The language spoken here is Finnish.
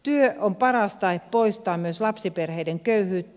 työ on paras tae poistaa myös lapsiperheiden köyhyyttä